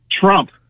Trump